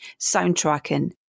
soundtracking